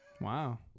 wow